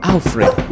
Alfred